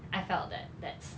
I felt that that's